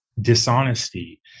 dishonesty